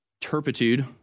turpitude